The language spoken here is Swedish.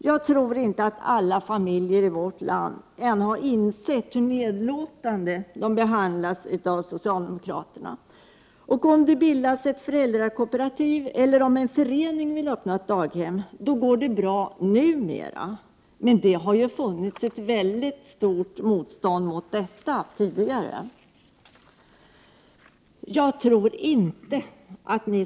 Jag tror inte att alla familjer i vårt land ännu har insett hur nedlåtande de behandlas av socialdemokraterna. Om det bildas ett föräldrakooperativ eller om en förening vill öppna ett daghem går det numera bra. Men det har tidigare funnits ett stort motstånd också mot detta.